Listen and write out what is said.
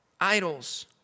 idols